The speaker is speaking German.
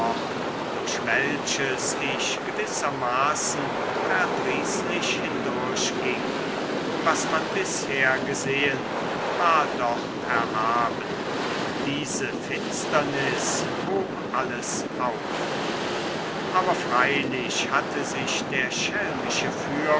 durch welches ich gewissermaßen verdrießlich hindurch ging was man bisher gesehen war doch erhaben diese finsternis hob alles auf aber freilich hatte sich der